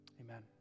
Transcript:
Amen